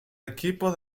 equipo